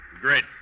Great